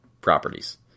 properties